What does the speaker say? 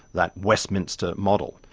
that westminster model.